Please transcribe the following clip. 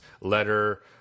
letter